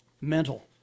Mental